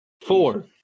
Four